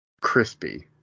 crispy